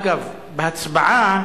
אגב, בהצבעה